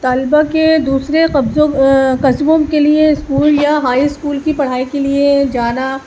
طلبہ کے دوسرے قبضوں قصبوں کے لیے اسکول یا ہائی اسکول کی پڑھائی کے لیے جانا